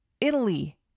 Italy